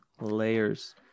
Layers